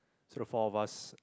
so the four of us